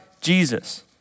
Jesus